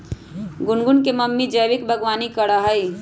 गुनगुन के मम्मी जैविक बागवानी करा हई